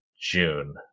June